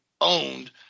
owned